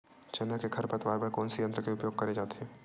चना के खरपतवार बर कोन से यंत्र के उपयोग करे जाथे?